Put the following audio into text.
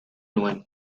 nuen